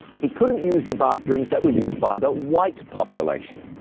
he couldn't use the bathrooms that were used by the white population,